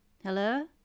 Hello